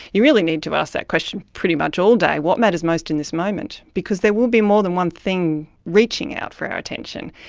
you really need to ask that question pretty much all day what matters most in this moment? because there will be more than one thing reaching out for our attention.